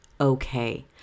okay